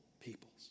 peoples